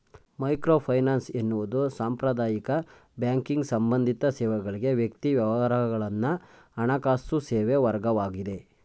microfinance ಎನ್ನುವುದು ಸಾಂಪ್ರದಾಯಿಕ banking ಸಂಬಂಧಿತ ಸೇವೆಗಳ್ಗೆ ವ್ಯಕ್ತಿ ವ್ಯವಹಾರಗಳನ್ನ ಹಣಕಾಸು ಸೇವೆವರ್ಗವಾಗಿದೆ